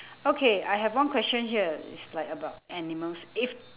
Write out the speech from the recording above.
okay I have one question here it's like about animals if